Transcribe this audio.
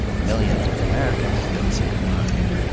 millions of americans don't seem to mind.